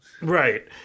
Right